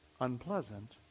unpleasant